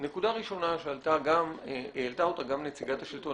נקודה ראשונה שהעלתה אותה גם נציגת השלטון